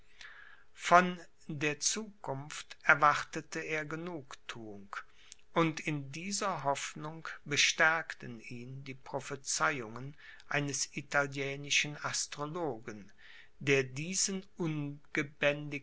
von der zukunft erwartete er genugthuung und in dieser hoffnung bestärkten ihn die prophezeiungen eines italienischen astrologen der diesen